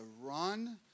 run